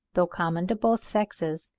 though common to both sexes,